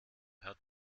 hat